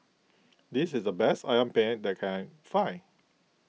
this is the best Ayam Penyet that I can find